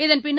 இதன்பின்னர்